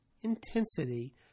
intensity